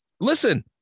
listen